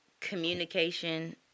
communication